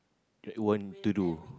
that you want to do